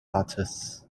artists